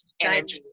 energy